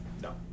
No